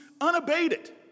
unabated